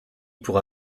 pour